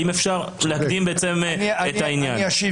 האם אי אפשר להקדים תרופה למכה הזאת?